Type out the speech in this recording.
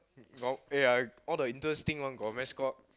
got ya all the interesting one got mascot